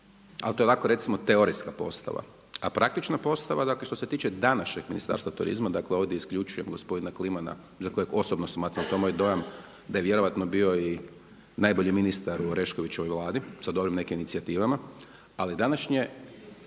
ali to je ovako recimo teorijska postava. A praktična postava dakle što se tiče današnjeg Ministarstva turizma, dakle ovdje isključujem gospodina Klimana za kojeg osobno smatram, to je moj dojam da je vjerojatno bio i najbolji ministar u Oreškovićevoj Vladi, sad u ovim nekim inicijativama. Ali današnje